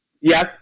yes